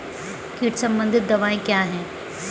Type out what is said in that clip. कीट संबंधित दवाएँ क्या हैं?